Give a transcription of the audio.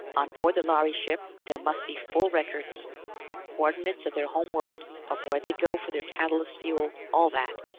on board the lhari ship, there must be full records coordinates of their home world, of where they go for their catalyst fuel all that.